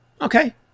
Okay